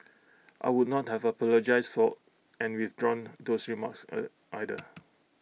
I would not have apologised for and withdrawn those remarks either